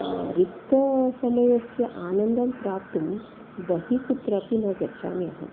रिक्तसमस्य आनन्दं प्राप्तुम् बहि कुत्रापि न गच्छामि अहम्